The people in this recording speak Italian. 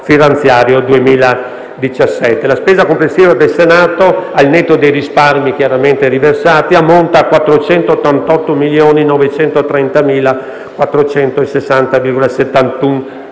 La spesa complessiva del Senato, al netto dei risparmi riversati, ammonta a 488.930.460,71 euro,